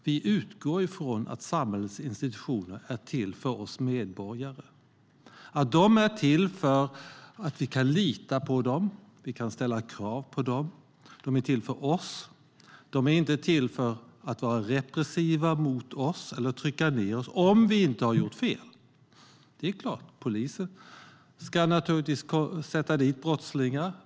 Vi utgår nämligen från att samhällets institutioner är till för oss medborgare och att vi kan lita på dem och ställa krav på dem. De är till för oss. De är inte till för att vara repressiva mot oss eller trycka ned oss - om vi inte har gjort fel, förstås. Det är klart att polisen ska sätta dit brottslingar.